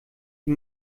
wie